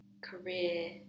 career